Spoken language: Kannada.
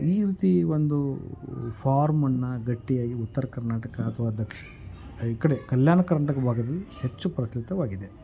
ಈ ರೀತಿ ಒಂದು ಫಾರ್ಮನ್ನು ಗಟ್ಟಿಯಾಗಿ ಉತ್ತರ ಕರ್ನಾಟಕ ಅಥ್ವಾ ದಕ್ಷಿಣ ಈ ಕಡೆ ಕಲ್ಯಾಣ ಕರ್ನಾಟಕ ಭಾಗದಲ್ಲಿ ಹೆಚ್ಚು ಪ್ರಚಲಿತವಾಗಿದೆ